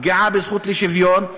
פגיעה בזכות לשוויון,